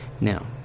Now